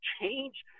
change